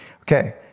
Okay